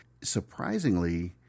Surprisingly